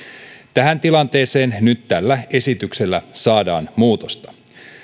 tähän tilanteeseen nyt tällä esityksellä saadaan muutosta